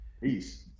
Peace